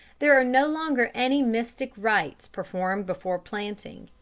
there are no longer any mystic rites performed before planting.